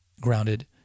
grounded